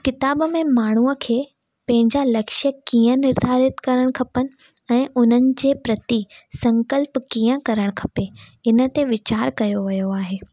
किताब में माण्हूअ खे पंहिंजा लक्ष्य कीअं निर्धारित करणु खपनि ऐं उन्हनि जे प्रति संकल्प कीअं करणु खपे इनते विचार कयो वियो आहे